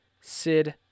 Sid